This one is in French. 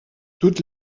toutes